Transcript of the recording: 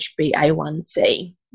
HbA1c